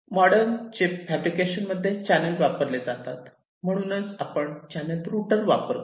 modern cheap fabrication मध्ये channel वापरले जातात म्हणूनच आपण चॅनल रुटर वापरतो